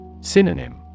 Synonym